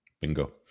Bingo